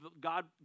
God